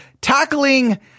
tackling